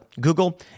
Google